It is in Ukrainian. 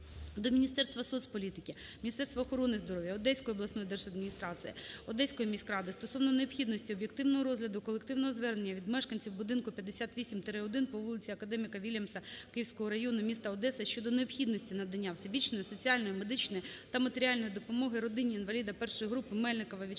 до Міністерствасоцполітики, Міністерства охорони здоров'я, Одеської обласної держадміністрації, Одеської міськради стосовно необхідності об'єктивного розгляду колективного звернення від мешканців будинку 58/1 по вулиці Академіка Вільямса Київського району міста Одеса щодо необхідності надання всебічної соціальної, медичної та матеріальної допомоги родині інваліда першої групи Мельникова В'ячеслава,